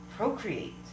Procreate